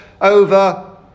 over